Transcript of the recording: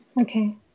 Okay